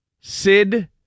Sid